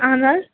اہن حظ